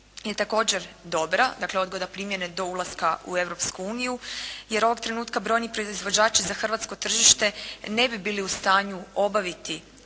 je također dobra, dakle odgoda primjene do ulaska u Europsku uniju. Jer ovog trenutka brojni proizvođači za hrvatsko tržište ne bi bili u stanju obaviti